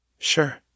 Sure